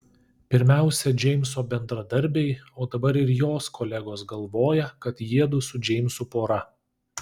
pirmiausia džeimso bendradarbiai o dabar ir jos kolegos galvoja kad jiedu su džeimsu pora